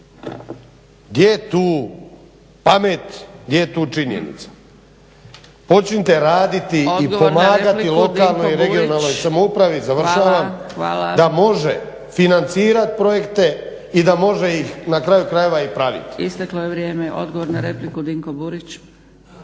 Gdje je tu pamet, gdje je tu činjenica? Počnite raditi i pomagati lokalnoj i regionalnoj samoupravi, završavam, da može financirati projekte i da može ih na kraju krajeva i praviti.